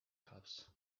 cups